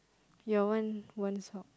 your one one sock